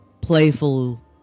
playful